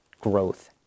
growth